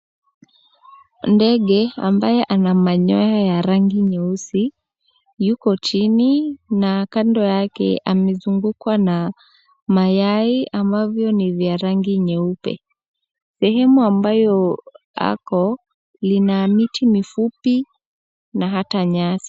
Ndege ambaye ana manyoya ya rangi nyeusi yuko chini na kando yake amezungukwa na mayai ambavyo ni vya rangi nyeupe. Sehemu ambayo ako lina miti mifupi na nyasi.